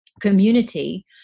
community